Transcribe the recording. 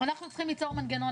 אנחנו צריכים ליצור מנגנון.